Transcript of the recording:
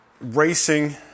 racing